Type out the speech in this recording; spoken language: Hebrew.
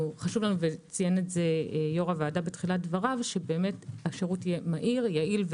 ויושב-ראש הוועדה ציין זאת בתחילת דבריו השירות יהיה יעיל,